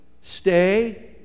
Stay